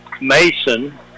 Mason